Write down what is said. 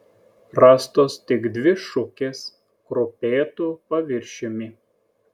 rastos tik dvi šukės kruopėtu paviršiumi